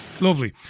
Lovely